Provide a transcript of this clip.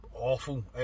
Awful